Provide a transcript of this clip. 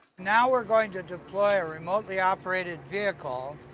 now we're going to deploy a remotely operated vehicle,